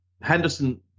Henderson